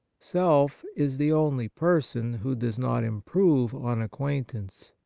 self is the only person who does not improve on acquaintance.